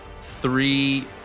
three